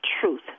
truth